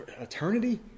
eternity